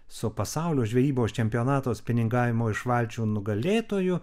su pasaulio žvejybos čempionato spiningavimo iš valčių nugalėtoju